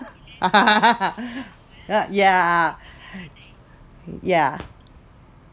ya ya